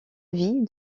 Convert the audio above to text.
vie